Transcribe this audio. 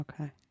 Okay